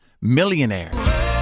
Millionaire